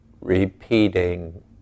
repeating